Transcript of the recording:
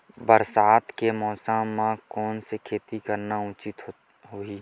बरसात के मौसम म कोन से खेती करना उचित होही?